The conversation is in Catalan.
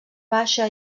baixa